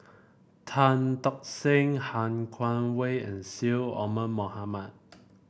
Tan Tock Seng Han Guangwei and Syed Omar Mohamed